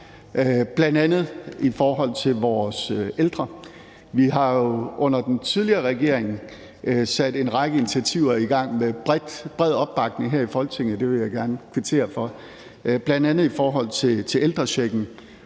bl.a. i forhold til vores ældre. Vi har under den tidligere regering sat en række initiativer i gang med bred opbakning her i Folketinget – det vil jeg gerne kvittere for – bl.a. i forhold til ældrechecken,